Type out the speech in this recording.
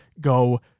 go